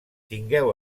tingueu